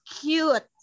cute